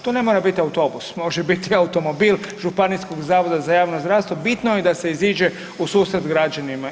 To ne mora biti autobus, može biti automobil županijskog zavoda za javno zdravstvo, bitno je da se iziđe u susret građanima.